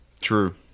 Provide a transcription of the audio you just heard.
True